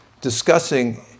discussing